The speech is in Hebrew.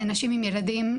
נשים עם ילדים,